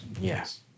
Yes